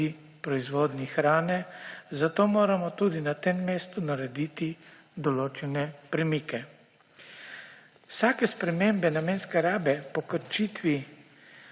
pri proizvodnji hrane, zato moramo tudi na tem mestu narediti določene premike. Vsako spremembo namenske rabe po krčitvi